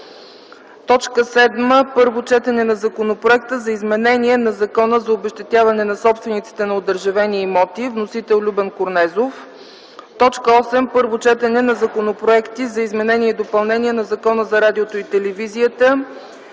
съвет. 7. Първо четене на Законопроекта за изменение на Закона за обезщетяване на собствениците на одържавени имоти. Вносител – Любен Корнезов. 8. Първо четене на законопроекти за изменение и допълнение на Закона за радиото и телевизията.